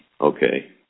Okay